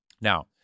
Now